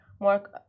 more